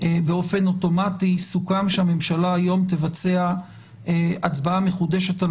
באופן אוטומטי סוכם שהממשלה היום תבצע הצבעה מחודשת על